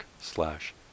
slash